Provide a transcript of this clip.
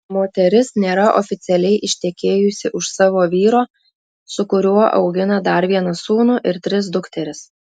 moteris nėra oficialiai ištekėjusi už savo vyro su kuriuo augina dar vieną sūnų ir tris dukteris